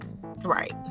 right